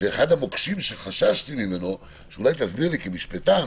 שאחד המוקשים שחששתי ממנו שאולי תסביר לי כמשפטן,